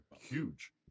huge